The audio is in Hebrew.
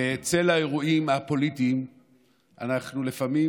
בצל האירועים הפוליטיים אנחנו לפעמים